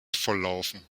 volllaufen